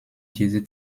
diese